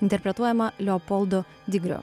interpretuojama leopoldo digrio